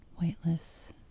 weightless